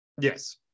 Yes